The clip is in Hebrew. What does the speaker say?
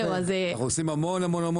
אנחנו עושים המון המון המון,